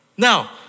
Now